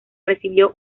recibió